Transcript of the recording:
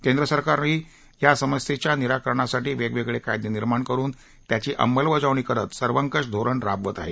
केंद्र सरकारही या समस्येच्या निराकरणासाठी वेगवेगळे कायदे निर्माण करुन त्यांची अंमलबजावणी करत सर्वंकष धोरण राबवत आहे